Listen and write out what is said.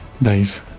Nice